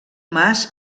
mas